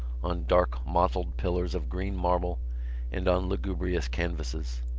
on dark mottled pillars of green marble and on lugubrious canvases.